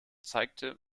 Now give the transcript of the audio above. zeigte